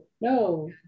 No